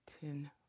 ten